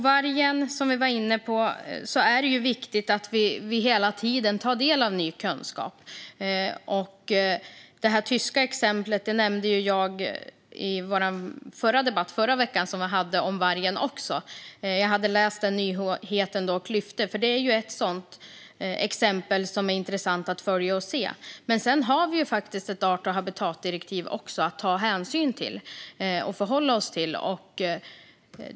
Det är viktigt att vi hela tiden tar del av ny kunskap om vargen. Det tyska exemplet nämnde jag i den debatt som vi hade i förra veckan om vargen. Jag hade läst om detta då, och det är ett intressant exempel att följa. Men vi har också ett art och habitatdirektiv att ta hänsyn till och förhålla oss till.